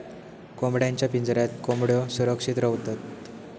कोंबड्यांच्या पिंजऱ्यात कोंबड्यो सुरक्षित रव्हतत